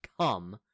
come